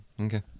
Okay